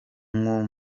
nko